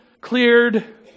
cleared